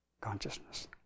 consciousness